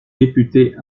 députés